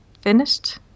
finished